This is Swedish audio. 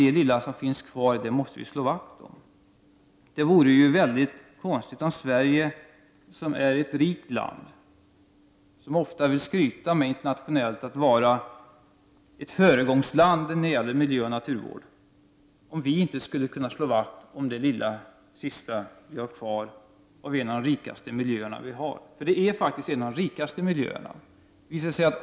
Det lilla som finns kvar måste vi slå vakt om. Sverige är ett rikt land, och vi vill ofta skryta med internationellt att Sve rige är ett föregångsland när det gäller miljöoch naturvård. Det vore mycket konstigt om vi inte kunde slå vakt om det lilla sista vi har kvar av en av de rikaste miljöer vi har. Det är faktiskt fråga om en av de rikaste miljöer vi har.